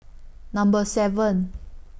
Number seven